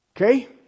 Okay